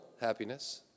happiness